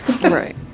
Right